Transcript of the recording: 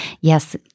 yes